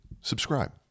subscribe